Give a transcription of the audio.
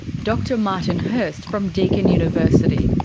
dr martin hirst from deakin university.